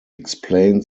explain